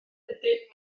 ydyn